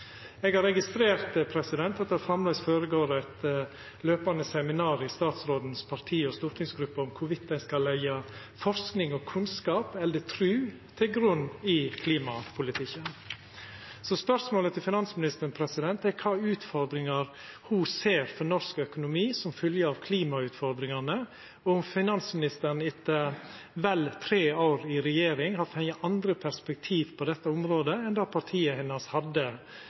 Eg har registrert at det framleis føregår eit løpande seminar i partiet til statsråden og i stortingsgruppa om ein skal leggja forsking og kunnskap eller tru til grunn i klimapolitikken. Så spørsmålet til finansministeren er: Kva utfordringar ser ho for norsk økonomi som følgje av klimautfordringane, og har finansministeren etter vel tre år i regjering fått andre perspektiv på dette området enn det partiet hennar hadde